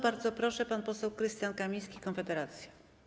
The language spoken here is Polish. Bardzo proszę, pan poseł Krystian Kamiński, Konfederacja.